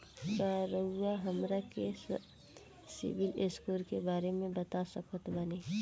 का रउआ हमरा के सिबिल स्कोर के बारे में बता सकत बानी?